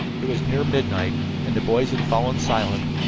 it was near midnight, and the boys had fallen silent,